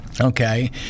Okay